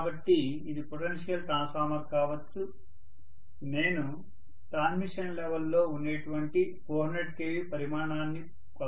కాబట్టి ఇది potential transformer కావచ్చు నేను ట్రాన్స్మిషన్ లెవెల్లో ఉండేటువంటి 400 kV పరిమాణాన్ని కొలవాలనుకుంటున్నాను